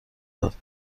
داد